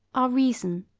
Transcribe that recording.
our reason,